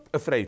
afraid